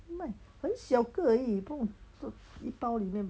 卖很小个而已不懂是一包里面